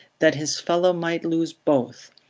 that his fellow might lose both,